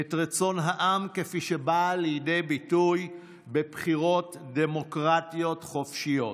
את רצון העם כפי שבא לידי ביטוי בבחירות דמוקרטיות חופשיות.